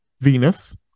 Venus